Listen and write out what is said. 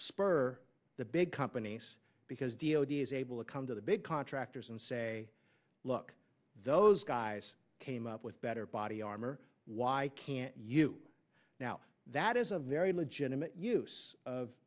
spur the big companies because d o d s able to come to the big contractors and say look those guys came up with better body armor why can't you now that is a very legitimate use of